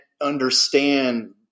understand